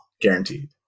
guaranteed